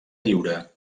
lliure